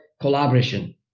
collaboration